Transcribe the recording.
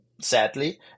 sadly